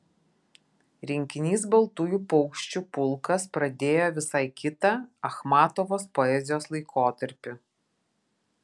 rinkinys baltųjų paukščių pulkas pradėjo visai kitą achmatovos poezijos laikotarpį